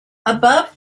above